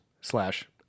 Slash